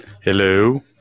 Hello